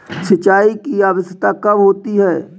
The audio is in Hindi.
सिंचाई की आवश्यकता कब होती है?